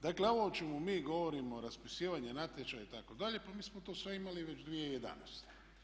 Dakle, ovo o čemu mi govorimo, raspisivanje natječaja itd. pa mi smo to sve imali već 2011.